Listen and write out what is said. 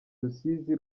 rusizi